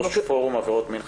ראש פורום עבירות מין,